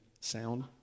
sound